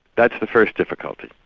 that's the first difficulty.